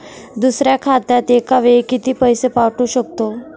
दुसऱ्या खात्यात एका वेळी किती पैसे पाठवू शकतो?